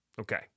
Okay